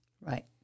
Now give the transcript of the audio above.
Right